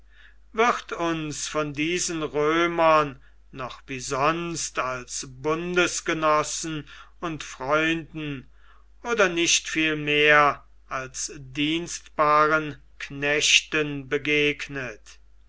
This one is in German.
wird uns von diesen römern noch wie sonst als bundesgenossen und freunden oder nicht vielmehr als dienstbaren knechten begegnet